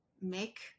make